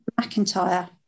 McIntyre